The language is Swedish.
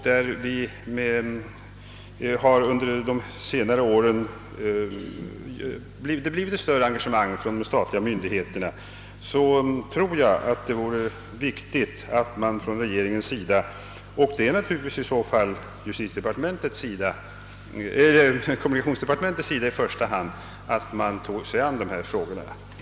Då bör också naturvården få komma till tals i dessa frågor. Jag tror att det är viktigt att man från regeringens sida, i första hand från kommunikationsdepartementets, tar sig an dessa frågor.